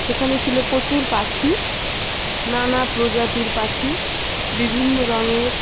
সেখানে ছিল প্রচুর পাখি নানা প্রজাতির পাখি বিভিন্ন রঙের